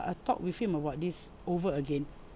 talk with him about this over again